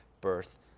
birth